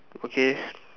okay